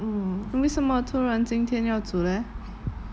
mm